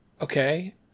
Okay